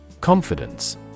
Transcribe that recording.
Confidence